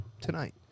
tonight